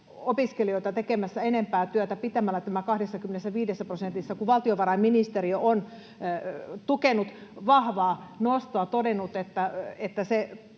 opiskelijoita tekemästä enempää työtä pitämällä tämän 25 prosentissa, kun valtiovarainministeriö on tukenut vahvaa nostoa ja todennut, että se